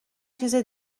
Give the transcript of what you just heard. چیزه